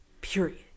period